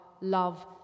love